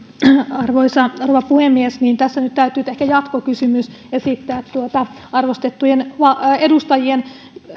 arvoisa rouva puhemies tässä nyt täytyy ehkä jatkokysymys esittää arvostettujen edustajien